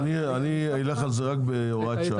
אני אלך על זה רק בהוראת שעה.